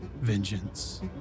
vengeance